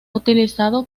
utilizado